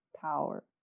Power